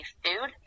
food